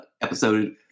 episode